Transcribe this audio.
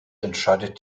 entscheidet